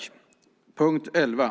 Tack för debatten!